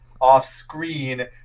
off-screen